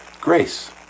Grace